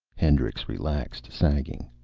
hendricks relaxed, sagging.